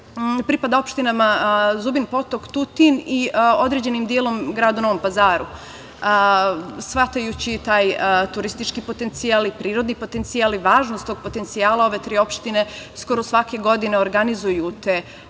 pripada opštinama Zubin Potok, Tutin i određenim delom gradu Novom Pazaru. Shvatajući taj turistički potencijal i prirodni potencijal i važnost tog potencijala, ove tri opštine skoro svake godine organizuju te